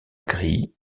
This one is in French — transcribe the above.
grille